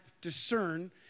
discern